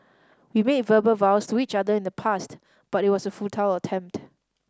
we made verbal vows to each other in the past but it was a futile attempt